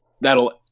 that'll